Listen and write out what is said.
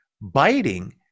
biting